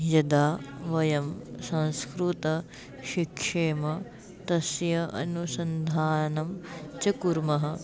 यदा वयं संस्कृतं शिक्षेम तस्य अनुसन्धानं च कुर्मः